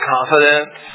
Confidence